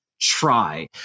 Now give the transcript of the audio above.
try